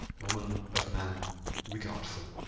woman of man regardful.